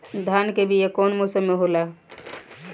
धान के बीया कौन मौसम में होला?